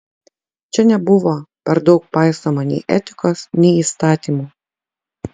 čia nebuvo per daug paisoma nei etikos nei įstatymų